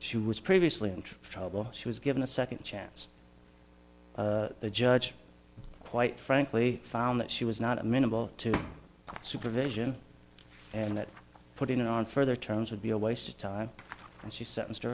she was previously in trouble she was given a second chance the judge quite frankly found that she was not amenable to supervision and that putting it on further terms would be a waste of time and she s